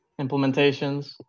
implementations